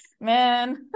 man